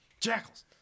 Jackals